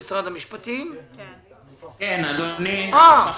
אדוני, אשמח